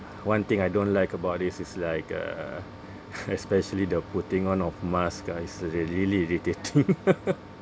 one thing I don't like about this is like uh especially the putting on of mask ah it's really irritating